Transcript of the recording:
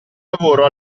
lavoro